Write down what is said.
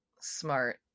smart